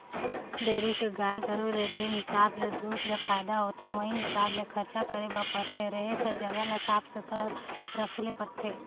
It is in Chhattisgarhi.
डेयरी कर गाय गरू ले जेन हिसाब ले दूद ले फायदा होथे उहीं हिसाब ले खरचा करे बर परथे, रहें कर जघा ल साफ सुथरा रखे ले परथे